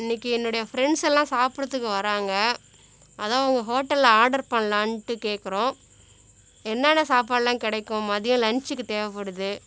இன்றைக்கி என்னுடைய ஃப்ரெண்ட்ஸெல்லாம் சாப்பிட்றதுக்கு வராங்க அதுதான் உங்கள் ஹோட்டலில் ஆர்டர் பண்ணலானுட்டு கேட்குறோம் என்னென்ன சாப்பாடுலாம் கிடைக்கும் மதியம் லன்ச்சுக்கு தேவைப்படுது